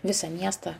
visą miestą